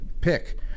pick